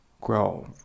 grow